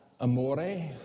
Amore